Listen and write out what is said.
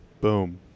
Boom